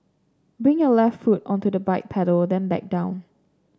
bring your left foot onto the bike pedal then back down